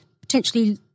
potentially